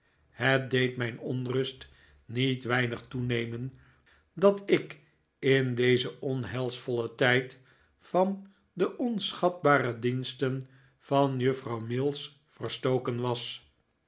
het deed mijn onrust niet weinig toenemen dat ik in dezen onheilsvollen tijd van de onschatbare diensten van juffrouw mills verstoken was